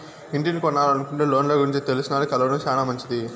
ఇంటిని కొనలనుకుంటే లోన్ల గురించి తెలిసినాల్ని కలవడం శానా మంచిది